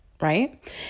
right